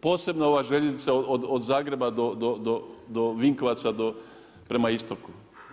posebno ova željeznica od Zagreba, do Vinkovaca prema istoku.